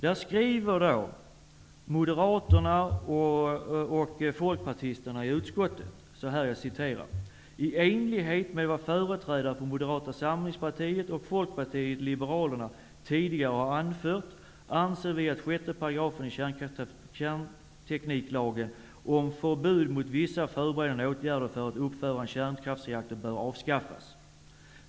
Där skriver moderaterna och folkpartisterna i utskottet: ''I enlighet med vad företrädare för Moderata samlingspartiet och Folkpartiet liberalerna tidigare har anfört anser vi att 6 § i kärntekniklagen om förbud mot vissa förberedande åtgärder för att uppföra en kärnkraftsreaktor bör avskaffas.